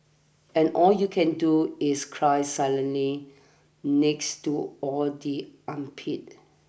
and all you can do is cry silently next to all the armpits